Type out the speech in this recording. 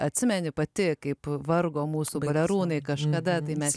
atsimeni pati kaip vargo mūsų balerūnai kažkada tai mes